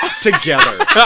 together